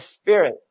spirit